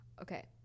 Okay